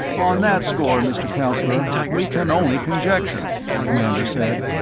on that score, mr. councillor, we can only conjecture, the commander said.